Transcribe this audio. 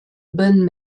bonnes